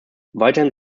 weiterhin